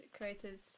creators